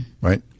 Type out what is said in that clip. right